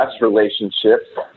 relationships